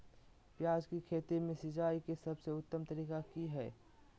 प्याज के खेती में सिंचाई के सबसे उत्तम तरीका की है?